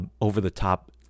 over-the-top